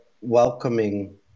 welcoming